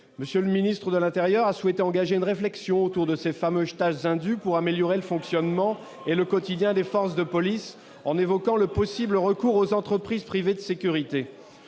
monsieur le Ministre de l'Intérieur a souhaité engager une réflexion autour de ces fameuses taches indues pour améliorer le fonctionnement et le quotidien des forces de police en évoquant le possible recours aux entreprises privées de sécurité,